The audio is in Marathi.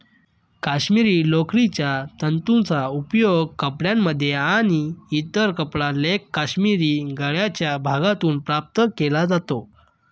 काश्मिरी लोकरीच्या तंतूंचा उपयोग कपड्यांमध्ये आणि इतर कपडा लेख काश्मिरी गळ्याच्या भागातून प्राप्त केला जातो